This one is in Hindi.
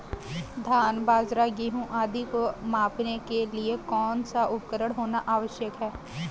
धान बाजरा गेहूँ आदि को मापने के लिए कौन सा उपकरण होना आवश्यक है?